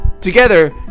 together